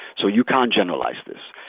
so you can't generalize this.